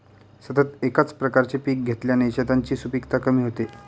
सतत एकाच प्रकारचे पीक घेतल्याने शेतांची सुपीकता कमी होते